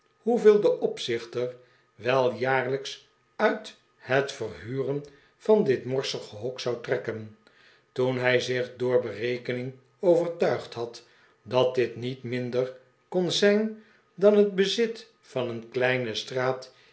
hoeveel de opzichter wel jaariijks uit het verhuren van dit morsige hok zou trekken toen hij zich door berekening overtuigd had dat dit niet minder kon zijn dan het bezit van een kleine straat